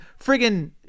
friggin